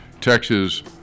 Texas